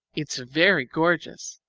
it's very gorgeous,